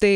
tai